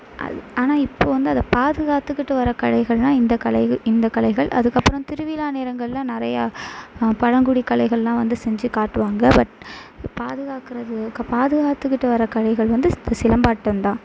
ஆனால் இப்போது வந்து அதை பாதுகாத்துக்கிட்டு வர கலைகள்னா இந்த கலைகள் இந்த கலைகள் அதுக்கு அப்பறம் திருவிழா நேரங்களில் நிறையா பழங்குடி கலைகள்லாம் வந்து செஞ்சு காட்டுவாங்க பட் பாதுகாக்கிறது பாதுகாத்துக்கிட்டு வர கலைகள் வந்து இந்த சிலம்பாட்டம்தான்